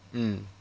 mm